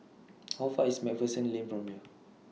How Far IS MacPherson Lane from here